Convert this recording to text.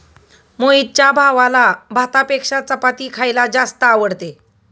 मोहितच्या भावाला भातापेक्षा चपाती खायला जास्त आवडते